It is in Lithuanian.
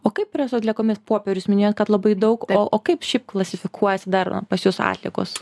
o kaip yra su atliekomis popierius minėjot kad labai daug o o kaip šiaip klasifikuojasi dar pas jus atliekos